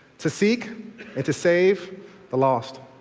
to seek and to save the lost.